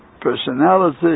personality